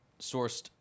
sourced